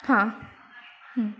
हां